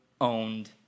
owned